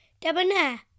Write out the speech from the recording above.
Debonair